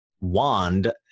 wand